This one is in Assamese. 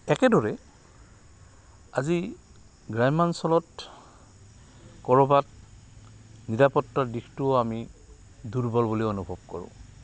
একেদৰে আজি গ্ৰাম্যাঞ্চলত ক'ৰবাত নিৰাপত্তাৰ দিশটোও আমি দুৰ্বল বুলি অনুভৱ কৰোঁ